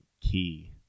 key